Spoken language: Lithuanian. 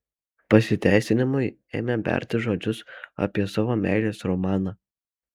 pasiteisinimui ėmė berti žodžius apie savo meilės romaną